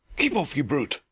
keep off, you brute!